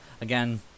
again